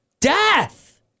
Death